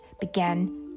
began